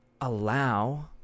allow